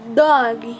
dog